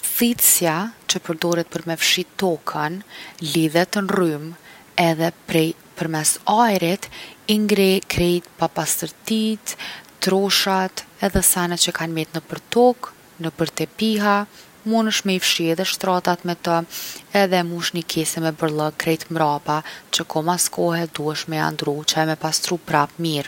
Thithsja që përdoret për me fshi tokën, lidhet n’rrymë, edhe prej- përmes ajrit i ngreh krejt papastërtitë, troshat, edhe senet që kan met nëpër tokë, nëpër tepiha. Edhe munesh me i fshi edhe shtratat me to, edhe e mush ni kese me borllog krejt mrapa që koh mas kohe duhesh me ja ndrru që ajo me pastru prap mirë.